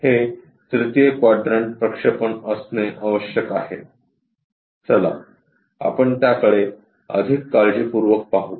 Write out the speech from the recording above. हे तृतीय क्वाड्रंट प्रक्षेपण असणे आवश्यक आहे चला आपण त्याकडे अधिक काळजीपूर्वक पाहू